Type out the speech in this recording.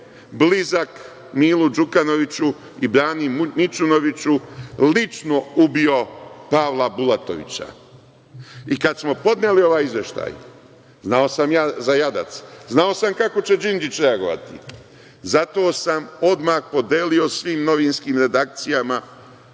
blizak Milu Đukanoviću i Brani Mićunoviću lično ubio Pavla Bulatovića. I kad smo podneli ovaj izveštaj znao sam ja za jadac, znao sam kako će Đinđić reagovati, zato sam odmah podelio svim novinskim redakcijama